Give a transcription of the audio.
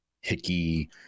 Hickey